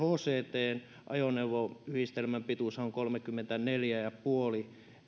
hct ajoneuvoyhdistelmän pituushan on kolmekymmentäneljä pilkku viisi